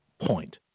point